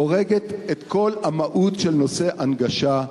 הורגת את כל המהות של נושא ההנגשה,